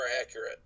accurate